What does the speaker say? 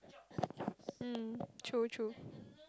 mm true true